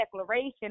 declaration